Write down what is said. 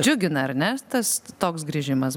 džiugina ar ne tas toks grįžimas